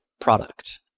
Product